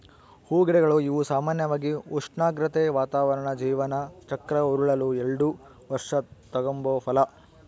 ಹೂಗಿಡಗಳು ಇವು ಸಾಮಾನ್ಯವಾಗಿ ಉಷ್ಣಾಗ್ರತೆ, ವಾತಾವರಣ ಜೀವನ ಚಕ್ರ ಉರುಳಲು ಎಲ್ಡು ವರ್ಷ ತಗಂಬೋ ಫಲ